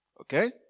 Okay